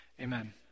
Amen